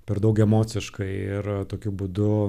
per daug emociškai ir tokiu būdu